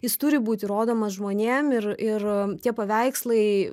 jis turi būti rodomas žmonėm ir ir tie paveikslai